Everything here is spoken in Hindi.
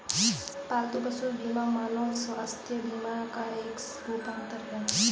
पालतू पशु बीमा मानव स्वास्थ्य बीमा का एक रूपांतर है